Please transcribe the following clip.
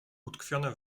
utkwione